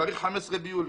ב-15 ביולי.